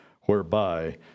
whereby